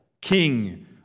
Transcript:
King